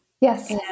Yes